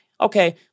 okay